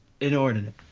inordinate